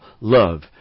love